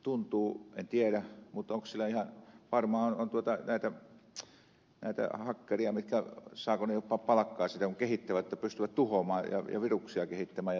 tuntuu siltä että on en tiedä mutta varmaan on näitä hakkereita saavatkohan he jopa palkkaa siitä että pystyvät tuhoamaan ja viruksia kehittämään ja tekemään kaikkea tämmöistä